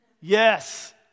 Yes